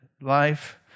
life